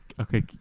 Okay